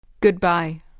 Goodbye